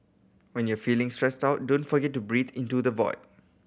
when you are feeling stressed out don't forget to breathe into the void